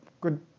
good